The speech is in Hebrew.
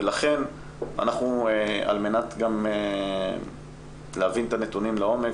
ולכן על מנת גם להבין את הנתונים לעומק,